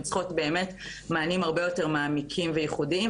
צריכות מענים הרבה יותר מעמיקים וייחודיים,